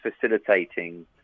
facilitating